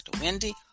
Wendy